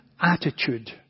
attitude